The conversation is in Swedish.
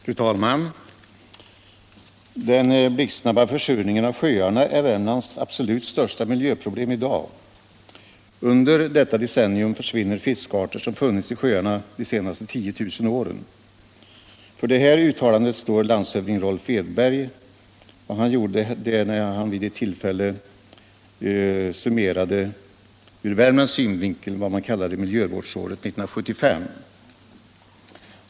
Fru talman! Den blixtsnabba försurningen av sjöarna är Värmlands absolut största miljöproblem i dag. Under detta decennium försvinner fiskarter som funnits i sjöarna de senaste 10 000 åren. Detta uttalande gjorde landshövding Rolf Edberg när han vid ett tillfälle ur värmländsk synvinkel summerade vad man kallade ”miljövårdsåret 1975”.